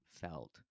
felt